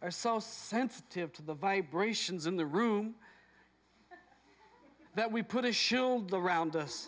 are so sensitive to the vibrations in the room that we put a shill go around us